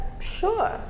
Sure